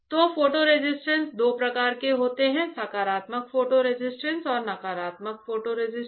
तो photo resist दो प्रकार के होते हैं सकारात्मक फोटो रेसिस्ट और नकारात्मक फोटो रेसिस्ट